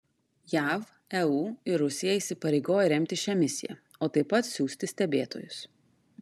jav eu ir rusija įsipareigoja remti šią misiją o taip pat siųsti stebėtojus